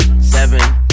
seven